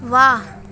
ਵਾਹ